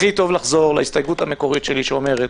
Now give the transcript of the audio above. הכי טוב לחזור להסתייגות המקורית שלי שאומרת